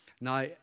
Now